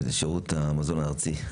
ראש שירות המזון הארצי,